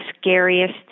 scariest